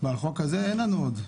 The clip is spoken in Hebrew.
לחוק הזה אין לנו עוד...